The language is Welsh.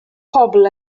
pobl